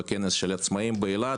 בכנס של העצמאים באילת,